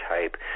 type